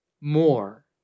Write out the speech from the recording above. more